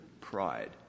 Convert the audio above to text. pride